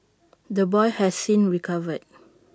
the boy has since recovered